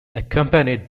accompanied